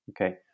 okay